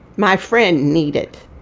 my friend needed